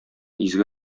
изге